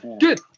good